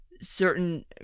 certain